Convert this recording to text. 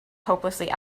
hopelessly